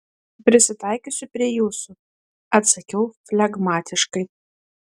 prisitaikysiu prie jūsų atsakiau flegmatiškai